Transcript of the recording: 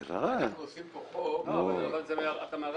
אנחנו עושים פה חוק --- אבל אתה מערב